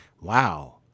Wow